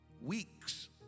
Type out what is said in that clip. weeks